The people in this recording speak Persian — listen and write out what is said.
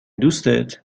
دوستت